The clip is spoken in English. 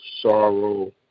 sorrow